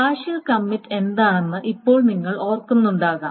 partial commit എന്താണെന്ന് ഇപ്പോൾ നിങ്ങൾ ഓർക്കുന്നുണ്ടാകാം